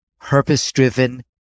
Purpose-driven